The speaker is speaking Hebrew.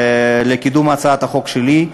לקידום הצעת החוק שלי,